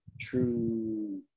true